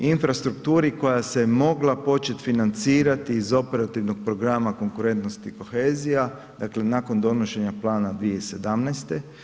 Infrastrukturi koja se mogla početi financirati iz Operativnog programa konkurentnost i kohezija, dakle nakon donošenja plana 2017.